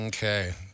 Okay